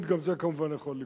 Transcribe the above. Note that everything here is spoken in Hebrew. תמיד גם זה יכול לקרות.